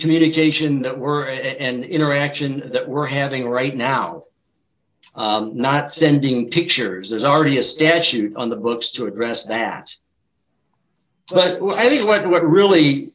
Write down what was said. communication that were and interaction that we're having right now not sending pictures there's already a statute on the books to address that but what i mean what really